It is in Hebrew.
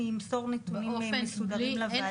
אני אמסור נתונים מסודרים לוועדה.